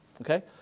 Okay